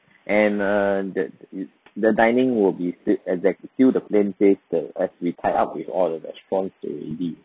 and uh that is the dining will be still at that still the same place the as we tied up with all of the restaurants already